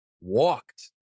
walked